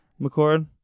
McCord